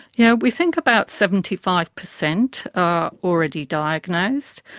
yeah we think about seventy five percent are already diagnosed.